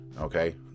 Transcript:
Okay